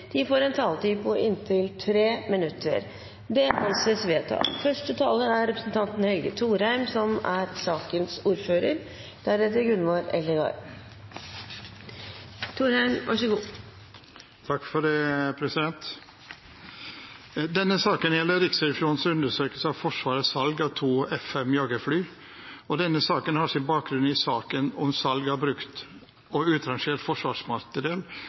de som måtte tegne seg på talerlisten utover den fordelte taletid, får en taletid på inntil 3 minutter. – Det anses vedtatt. Denne saken gjelder Riksrevisjonens undersøkelse av Forsvarets salg av to F-5-jagerfly og har sin bakgrunn i saken om salg av brukt og utrangert